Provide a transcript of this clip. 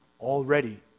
already